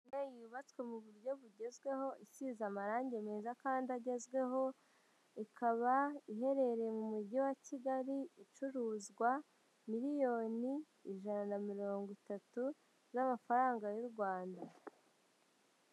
Inyubako yubatswe mu buryo bugezweho ishize amarange meza kandi agezweho, ikaba iherereye mu mujyi wa Kigali icuruzwa miliyoni ijana na mirongo itatu z'amafaranga y'u Rwanda.